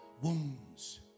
wounds